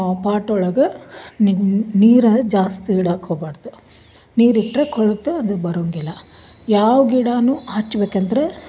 pot ಒಳಗೆ ನೀರು ಜಾಸ್ತಿ ಇಡಕ್ಕೆ ಹೋಗ್ಬಾರದು ನೀರು ಇಟ್ಟರೆ ಕೊಳ್ತು ಅದು ಬರೋಂಗಿಲ್ಲ ಯಾವ ಗಿಡನು ಹಚ್ಬೇಕಂದರೆ